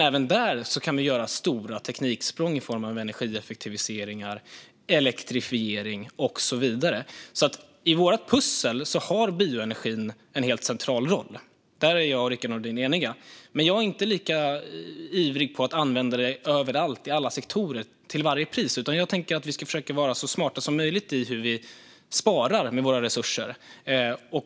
Även där kan vi dock göra stora tekniksprång i form av energieffektiviseringar, elektrifiering och så vidare. I vårt pussel har alltså bioenergin en helt central roll. Där är jag och Rickard Nordin eniga, även om jag inte är lika ivrig att använda det överallt i alla sektorer till varje pris. Jag tänker i stället att vi ska försöka att vara så smarta som möjligt i hur vi sparar på våra resurser.